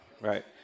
right